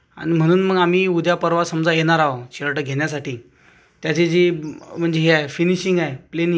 आणि म्हणून मग आम्ही उद्या परवा समजा येणार आहो शर्ट घेण्यासाठी त्याची जी म्हणजे हे आहे फिनिशिंग आहे प्लीनिंग